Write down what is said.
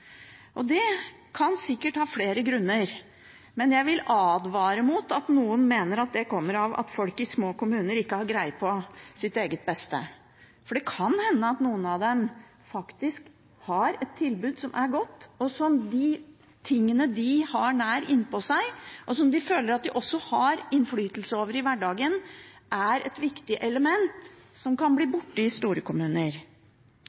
små. Det kan sikkert ha flere grunner. Noen mener det kommer av at folk i små kommuner ikke har greie på sitt eget beste, men det vil jeg advare mot. Det kan hende at noen av dem faktisk har et tilbud som er godt. De tingene de har nær innpå seg, og som de føler at de har innflytelse over i hverdagen, er også et viktig element, som kan bli